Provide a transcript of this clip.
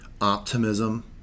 optimism